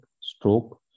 stroke